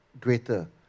greater